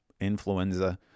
influenza